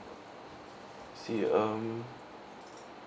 see um